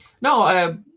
No